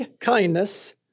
kindness